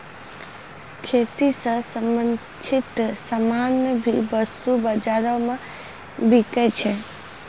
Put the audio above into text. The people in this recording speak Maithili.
खेती स संबंछित सामान भी वस्तु बाजारो म बिकै छै